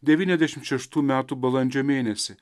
devyniasdešimt šeštų metų balandžio mėnesį